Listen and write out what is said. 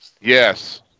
Yes